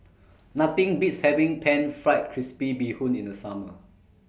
Nothing Beats having Pan Fried Crispy Bee Hoon in The Summer